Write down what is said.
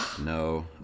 No